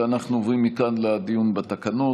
ואנחנו עוברים מכאן לדיון בתקנות.